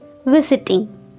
Visiting